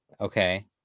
Okay